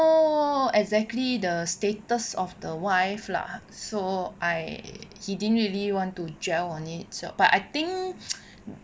oh exactly the status of the wife lah so I he didn't really want to gel on it so but I think